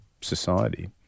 society